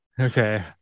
Okay